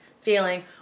feeling